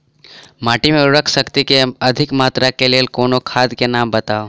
माटि मे उर्वरक शक्ति केँ अधिक मात्रा केँ लेल कोनो खाद केँ नाम बताऊ?